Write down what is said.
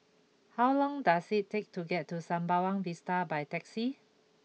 how long does it take to get to Sembawang Vista by taxi